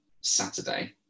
Saturday